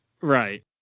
Right